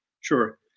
Sure